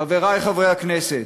חברי חברי הכנסת,